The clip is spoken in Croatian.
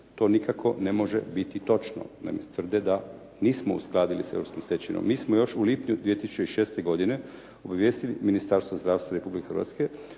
To nikako ne može biti točno. Naime, tvrde da nismo uskladili s europskom stečevinom. Mi smo još u lipnju 2006. godine obavijestili Ministarstvo zdravstva Republike Hrvatske